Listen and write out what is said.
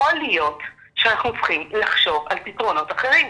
יכול להיות שאנחנו צריכים לחשוב על פתרונות אחרים.